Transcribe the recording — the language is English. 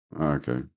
Okay